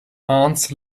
ants